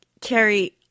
Carrie